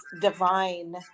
divine